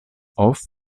off